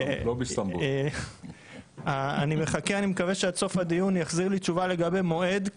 אני מקווה שעד סוף הדיון יחזיר לי תשובה לגבי מועד,